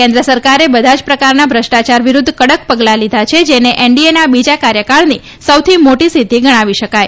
કેન્દ્ર સરકારે બધા જ પ્રકારના ભુષ્ટાચાર વિરુદ્ધ કડક પગલાં લીધા છે જેને એનડીએના બીજા કાર્યકાળની સૌથી મોટી સિદ્ધિ ગણાવી શકાય